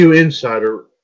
Insider